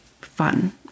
fun